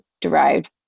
derived